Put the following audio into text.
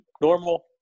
normal